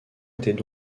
étaient